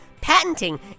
Patenting